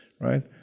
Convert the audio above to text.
right